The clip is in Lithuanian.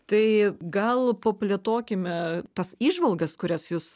tai gal paplėtokime tas įžvalgas kurias jūs